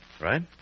right